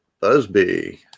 Busby